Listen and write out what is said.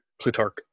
Plutarch